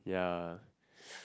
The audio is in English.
yeah